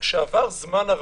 כשעבר זמן הרבה"